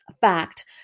fact